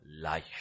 life